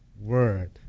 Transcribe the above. word